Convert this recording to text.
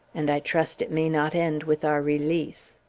and i trust it may not end with our release.